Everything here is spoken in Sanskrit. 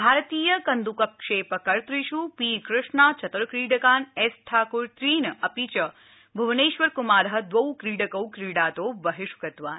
भारतीय कन्द्कक्षेपकर्तप् पी कृष्णा चतुर क्रीडकान् एस् ठाकुर त्रीन् अपि च भूवनेश्वरकुमारः द्वौ क्रीडकौ क्रीडातो बहिष्कृतवान्